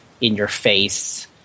in-your-face